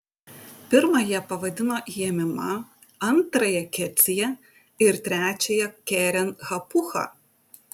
pirmąją pavadino jemima antrąją kecija ir trečiąją keren hapucha